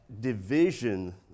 division